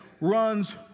runs